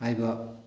ꯍꯥꯏꯕ